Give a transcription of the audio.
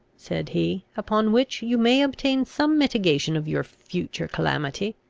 said he, upon which you may obtain some mitigation of your future calamity.